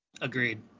Agreed